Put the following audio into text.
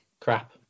crap